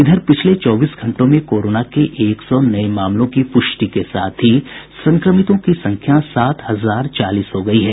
इधर पिछले चौबीस घंटों में कोरोना के एक सौ नये मामलों की पुष्टि के साथ ही संक्रमितों की संख्या सात हजार चालीस हो गयी है